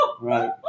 Right